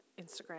Instagram